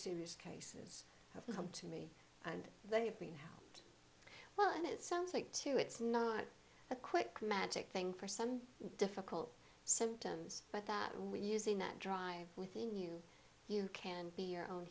serious case of them to me and they've been help well and it sounds like too it's not a quick magic thing for some difficult symptoms but that we're using that drive within you you can be your own